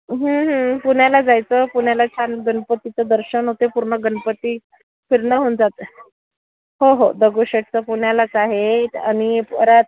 पुण्याला जायचं पुण्याला छान गणपतीचं दर्शन होते पूर्ण गणपती फिरणं होऊन जातं हो हो दगडूशेठ तर पुण्यालाच आहे आणि परत